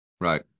right